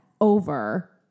over